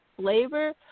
flavor